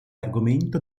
argomento